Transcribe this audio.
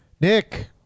Nick